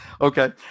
Okay